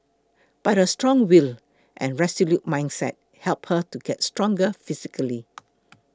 but a strong will and resolute mindset helped her to get stronger physically